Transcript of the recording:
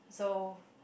so